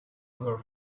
were